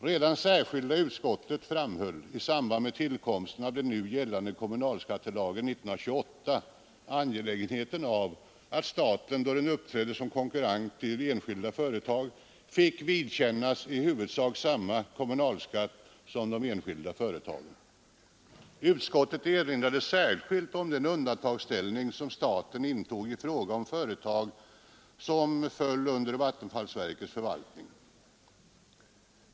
Redan särskilda utskottet framhöll i samband med tillkomsten av den nu gällande kommunalskattelagen 1928 angelägenheten av att staten, då den uppträdde som konkurrent till enskilda företag, fick vidkännas i huvudsak samma kommunalskatt som de enskilda företagen. Utskottet erinrade särskilt om den undantagsställning staten intog i fråga om företag, vilka föll under vattenfallsverkets förvaltning.